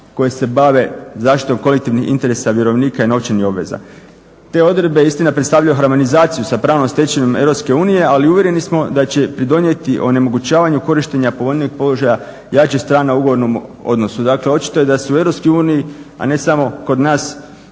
koje se bave zaštitom kolektivnih interesa vjerovnika i novčanih obveza. Te odredbe istina predstavljaju harmonizaciju sa pravnom stečevinom EU ali uvjereni smo da će pridonijeti onemogućavanju korištenja povoljnijeg položaja jača strana u ugovornom odnosu. Dakle očito je da se u EU a ne samo kod nas